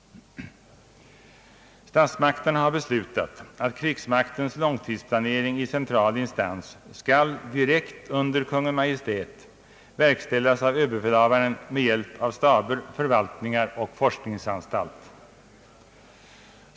Statsmakterna har beslutat att krigsmaktens långsiktsplanering i central instans skall, direkt under Kungl. Maj:t, verkställas av överbefälhavaren med hjälp av staber, förvaltningar och forskningsanstalt.